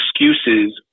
excuses